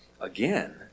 Again